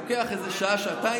זה לוקח איזה שעה-שעתיים,